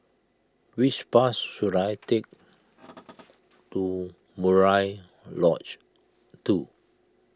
which bus should I take to Murai Lodge two